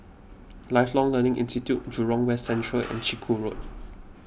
Lifelong Learning Institute Jurong West Central and Chiku Road